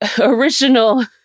original